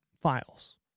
files